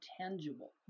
tangible